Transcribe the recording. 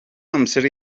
amser